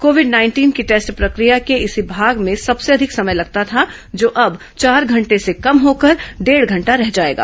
Covid nineteen की test प्रक्रिया के इसी भाग में सबसे अधिक समय लगता था जो अब चार घंटे से कम होकर डेढ़ घंटा रह जाएगा